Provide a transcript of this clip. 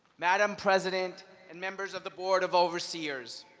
madam president and members of the board of overseers,